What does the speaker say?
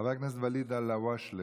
חבר הכנסת וליד אלהואשלה.